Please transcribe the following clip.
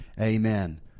Amen